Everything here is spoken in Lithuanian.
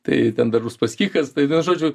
tai ten dar uspaskichas tai vienu žodžiu